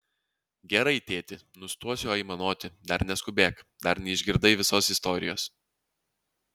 gerai tėti nustosiu aimanuoti dar neskubėk dar neišgirdai visos istorijos